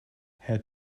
herr